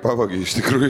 pavogei iš tikrųjų